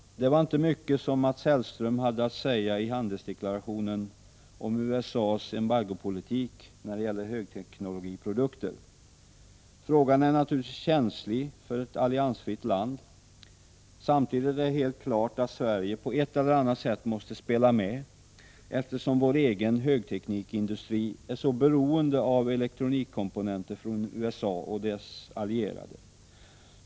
Det var inte mycket som Mats Hellström hade att säga i handelsdeklarationen om USA:s embargopolitik när det gäller högteknologiprodukter. Frågan är naturligtvis känslig för ett alliansfritt land. Samtidigt är det helt klart att Sverige på ett eller annat sätt måste spela med, eftersom vår egen högteknikindustri är så beroende av elektronikkomponenter från USA och dess allierade.